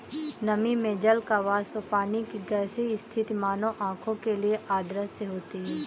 नमी में जल वाष्प पानी की गैसीय स्थिति मानव आंखों के लिए अदृश्य होती है